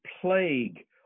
plague